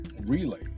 relay